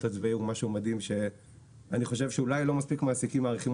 הצבאי הוא משהו מדהים שאני חושב שאולי לא מספיק מעסיקים מעריכים